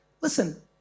Listen